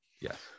Yes